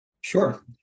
Sure